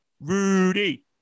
Rudy